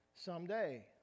someday